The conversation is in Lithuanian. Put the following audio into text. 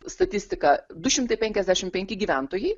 statistiką du šimtai penkiasdešimt penki gyventojai